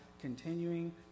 continuing